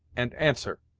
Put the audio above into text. and answer.